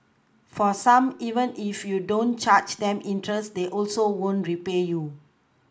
for some even if you don't charge them interest they also won't repay you